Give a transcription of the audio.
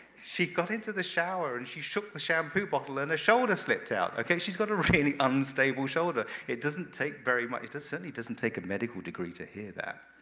she got into the shower and she shook the shampoo bottle and a shoulder slipped out. okay? she's got a really unstable shoulder. it doesn't take very much to certainly doesn't take a medical degree to hear that.